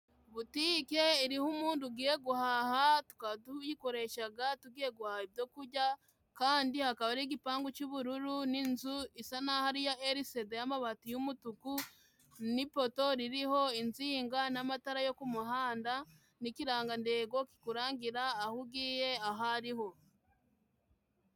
Butike iriho umuntu ugiye guhaha， tukaba tuyikoreshaga tugiye guhaha ibyokurya， kandi hakaba ari igipangu cy'ubururu，n'inzu isa naho ari iya erisede，y'amabati y'umutuku，n’ipoto ririho insinga n'amatara yo ku muhanda， n’ikirangandego kikurangira aho ugiye ahariho.